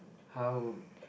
how